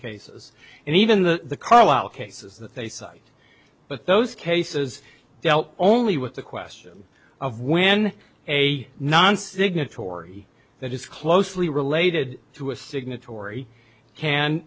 cases and even the carlisle cases that they cite but those cases dealt only with the question of when a non signatory that is closely related to a signatory can